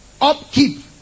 upkeep